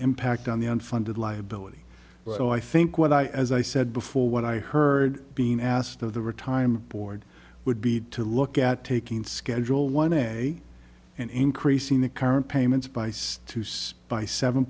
impact on the unfunded liability so i think what i as i said before what i heard being asked of the retirement board would be to look at taking schedule one anyway and increasing the current payments by stu's by seven